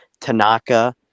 Tanaka